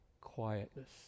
quietness